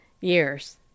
years